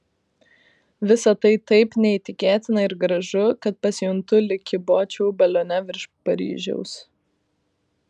visa tai taip neįtikėtina ir gražu kad pasijuntu lyg kybočiau balione virš paryžiaus